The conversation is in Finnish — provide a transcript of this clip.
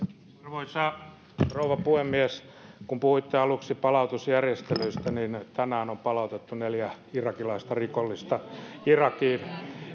arvoisa rouva puhemies kun puhuitte aluksi palautusjärjestelyistä niin tänään on palautettu neljä irakilaista rikollista irakiin